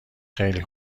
خیلی